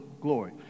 Glory